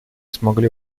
смогли